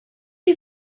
you